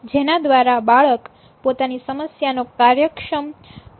જેના દ્વારા બાળક પોતાની સમસ્યાનો કાર્યક્ષમ ઉકેલ લાવવાનો પ્રયત્ન કરે છે